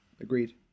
Agreed